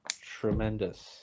tremendous